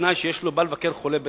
בתנאי שהוא בא לבקר חולה בבית-חולים.